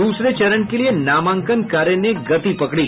दूसरे चरण के लिए नामांकन कार्य ने गति पकड़ी